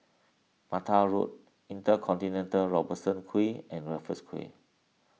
Mattar Road Intercontinental Robertson Quay and Raffles Quay